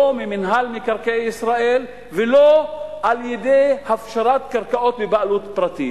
לא ממינהל מקרקעי ישראל ולא על-ידי הפשרת קרקעות בבעלות פרטית.